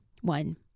One